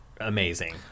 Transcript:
amazing